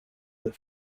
that